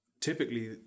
typically